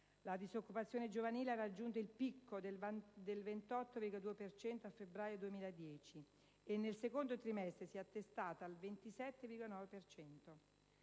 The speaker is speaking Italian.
La disoccupazione giovanile ha raggiunto il picco del 28,2 per cento a febbraio 2010 e nel secondo trimestre si è attestata al 27,9